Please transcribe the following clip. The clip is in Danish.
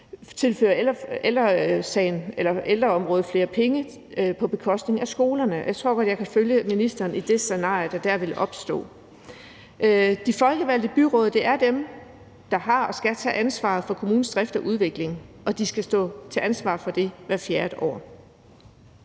tilføre ældreområdet flere penge på bekostning af skolerne. Jeg tror godt, jeg kan følge ministeren i det scenarie, der dér ville opstå. De folkevalgte byråd er dem, der har og skal tage ansvar for kommunens drift og udvikling, og de skal stå til ansvar for det hvert fjerde år.